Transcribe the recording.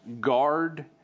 guard